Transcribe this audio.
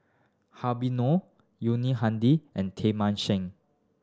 Habib Noh Yuni Hadi and Teng Mah Seng